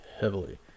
heavily